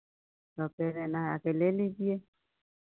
तो फिर लेना है आ कर ले लीजिए